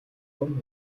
урам